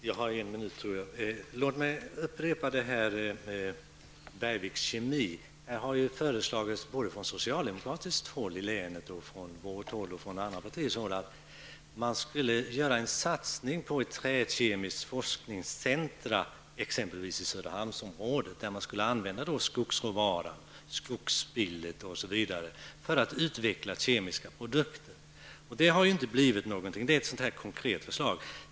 Herr talman! Låt mig åter nämna Bergviks Kemi. Det har både från socialdemokratiskt håll i länet, från vårt håll och från andra partiers håll föreslagits att man skulle göra en satsning på ett träkemiskt forskningscentrum, exempelvis i Söderhamnsområdet, där man skulle använda skogsråvara, skogsspill, osv. för att utveckla kemiska produkter. Men det har inte blivit något sådant. Det är ett konkret förslag.